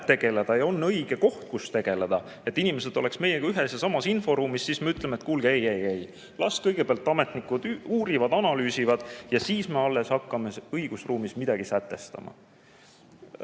tegeleda ja on õige koht, kus tegeleda, et inimesed oleksid meiega ühes ja samas inforuumis, siis me ütleme, et kuulge, ei-ei, las kõigepealt ametnikud uurivad, analüüsivad, ja siis me alles hakkame õigusruumis midagi sätestama.